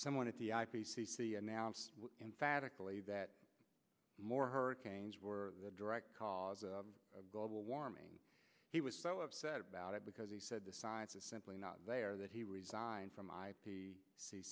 someone at the i p c c announced emphatically that more hurricanes were the direct cause of global warming he was so upset about it because he said the science is simply not there that he resigned from i p c